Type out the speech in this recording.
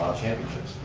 championships.